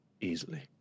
Easily